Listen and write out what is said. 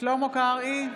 שלמה קרעי,